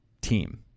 team